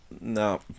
No